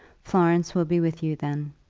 florence will be with you then.